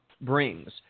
brings